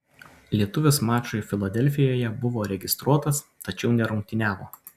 lietuvis mačui filadelfijoje buvo registruotas tačiau nerungtyniavo